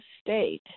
state